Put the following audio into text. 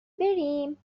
بریم